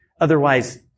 Otherwise